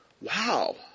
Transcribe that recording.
Wow